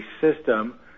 system